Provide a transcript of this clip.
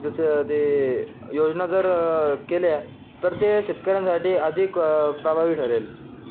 जसं ते योजना जर केल्या तर ते शेतकऱ्यांसाठी अधिक प्रभावी ठरेल